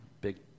big